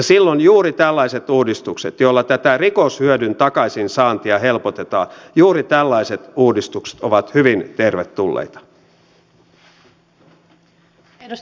silloin juuri tällaiset uudistukset joilla tätä rikoshyödyn takaisinsaantia helpotetaan ovat hyvin tervetulleita